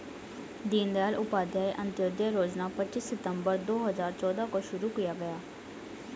दीन दयाल उपाध्याय अंत्योदय योजना पच्चीस सितम्बर दो हजार चौदह को शुरू किया गया